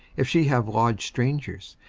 if she have lodged strangers,